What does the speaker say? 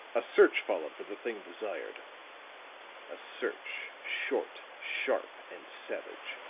a search followed for the thing desired a search, short, sharp and savage.